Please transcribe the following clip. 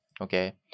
Okay